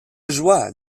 joie